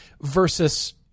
versus